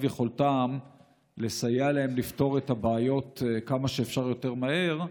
יכולתם לסייע להם לפתור את הבעיות כמה שאפשר יותר מהר,